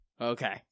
Okay